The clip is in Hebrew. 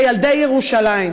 וזה ילדי ירושלים.